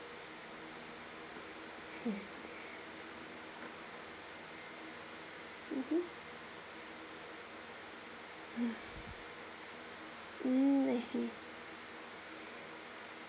mmhmm mm I see